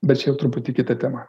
bet šiaip truputį kita tema